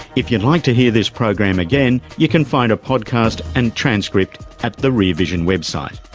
if you'd like to hear this program again, you can find a podcast and transcript at the rear vision website.